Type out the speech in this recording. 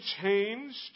changed